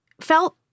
felt